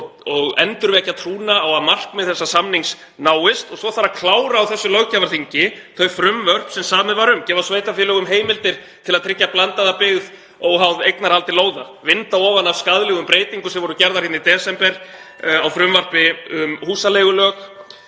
og endurvekja trúna á að markmið þessa samnings náist. Svo þarf að klára á þessu löggjafarþingi þau frumvörp sem samið var um sem gefa sveitarfélögum heimildir til að tryggja blandaða byggð óháð eignarhaldi lóða, vinda ofan af skaðlegum breytingum sem voru gerðar í desember á frumvarpi um húsaleigulög